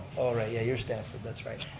oh, right, yeah you're stanford, that's right.